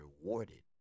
rewarded